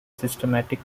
systematic